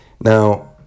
now